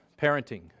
parenting